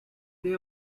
they